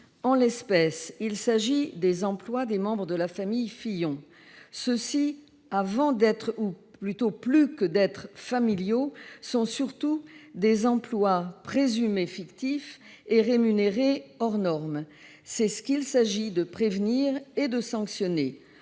En l'espèce, il s'agit des emplois des membres de la famille Fillon, qui, plus que familiaux, sont surtout des emplois présumés fictifs et rémunérés hors normes. C'est cela qu'il s'agit de prévenir et de sanctionner.